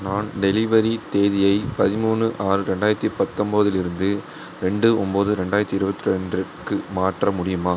நான் டெலிவரி தேதியை பதிமூணு ஆறு ரெண்டாயிரத்தி பத்தொம்போதிலிருந்து ரெண்டு ஒம்போது ரெண்டாயிரத்தி இருபத்ரெண்டுக்கு மாற்ற முடியுமா